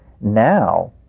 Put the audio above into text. Now